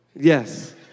Yes